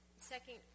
second